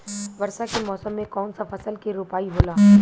वर्षा के मौसम में कौन सा फसल के रोपाई होला?